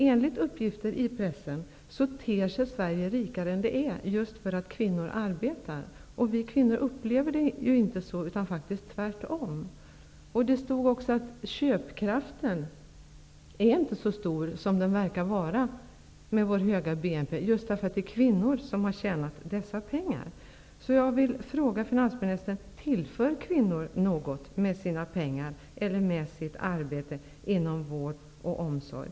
Enligt uppgifter i pressen ter sig Sverige rikare än det är, därför att kvinnor arbetar. Vi kvinnor upplever det inte så utan faktiskt tvärtom. Det stod också i artikeln att köpkraften inte är så stor som den verkar vara med vår höga BNP, därför att det är kvinnor som tjänat dessa pengar. Jag vill fråga finansministern: Tillför kvinnor något med sitt arbete inom vård och omsorg?